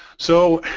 so